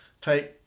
take